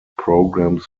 programs